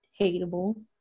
hateable